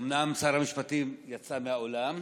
אומנם שר המשפטים יצא מהאולם,